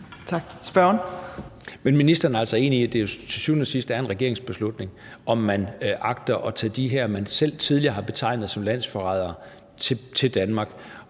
ministeren er altså enig i, at det til syvende og sidst er en regeringsbeslutning, om man agter at tage de her, man selv tidligere har betegnet som landsforrædere, til Danmark,